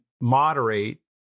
moderate